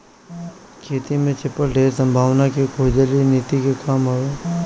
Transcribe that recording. खेती में छिपल ढेर संभावना के खोजल इ नीति के काम हवे